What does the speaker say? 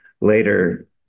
later